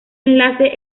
enlace